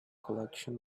collection